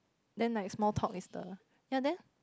then like small talk is the ya there